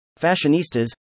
fashionistas